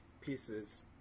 pieces